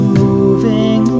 moving